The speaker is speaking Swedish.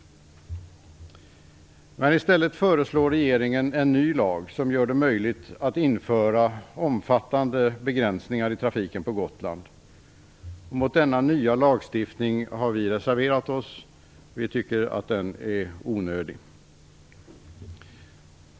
Men i stället föreslår regeringen en ny lag som gör det möjligt att införa omfattande begränsningar för trafiken på Gotland. Mot denna nya lagstiftning har vi reserverat oss. Vi tycker att den föreslagna lagen är onödig.